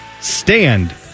stand